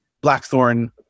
blackthorn